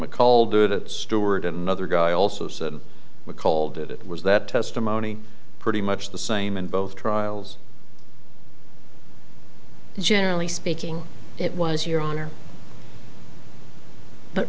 mccall did it stored another guy also said we called it it was that testimony pretty much the same in both trials generally speaking it was your honor but